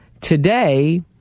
today